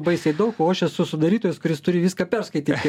baisiai daug o aš esu sudarytojas kuris turi viską perskaityti